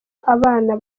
abana